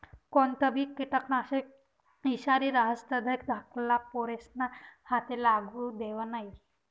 कोणतंबी किटकनाशक ईषारी रहास तधय धाकल्ला पोरेस्ना हाते लागू देवो नै